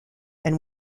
and